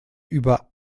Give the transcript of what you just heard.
über